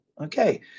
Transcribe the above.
Okay